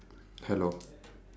hello